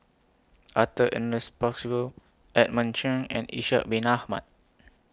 Arthur Ernest Percival Edmund Cheng and Ishak Bin Ahmad